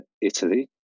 Italy